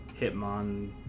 Hitmon